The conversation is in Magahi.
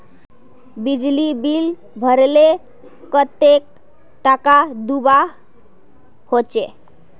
बिजली बिल भरले कतेक टाका दूबा होचे?